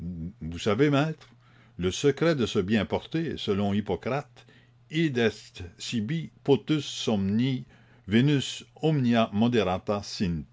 vous savez maître le secret de se bien porter selon hippocrates id est cibi potus somni venus omnia